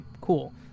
cool